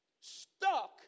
stuck